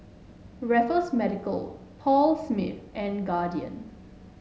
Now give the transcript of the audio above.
Raffles Medical Paul Smith and Guardian